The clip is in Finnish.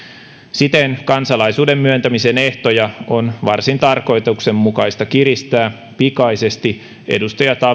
siten kansalaisuuden myöntämisen ehtoja on varsin tarkoituksenmukaista kiristää pikaisesti edustaja